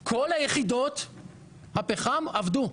עבדה, כל יחידות הפחם עבדו.